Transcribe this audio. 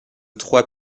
trois